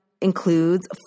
includes